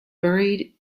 buried